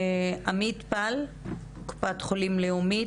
עמית פל מקופת חולים לאומית,